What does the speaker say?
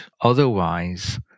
Otherwise